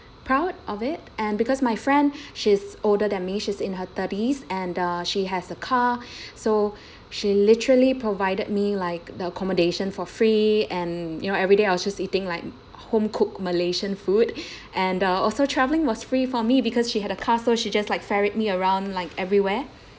proud of it and because my friend she's older than me she's in her thirties and uh she has a car so she literally provided me like the accommodation for free and you know everyday I was just eating like home cooked malaysian food and uh also travelling was free for me because she had a car so she just like ferried me around like everywhere